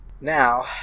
Now